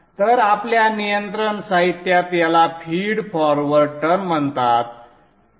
तर आपल्या नियंत्रण साहित्यात याला फीड फॉरवर्ड टर्म म्हणतात